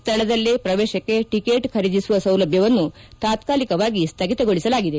ಸ್ಥಳದಲ್ಲೇ ಶ್ರವೇಶಕ್ಕೆ ಟಕೆಟ್ ಖರೀದಿಸುವ ಸೌಲಭ್ಡವನ್ನು ತಾತಾಲಿಕವಾಗಿ ಸ್ಲಗಿತಗೊಳಿಸಲಾಗಿದೆ